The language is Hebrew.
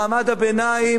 בשכבות החלשות.